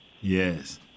yes